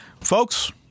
Folks